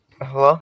Hello